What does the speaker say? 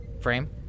frame